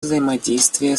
взаимодействие